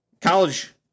college